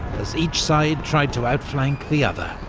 as each side tried to outflank the other.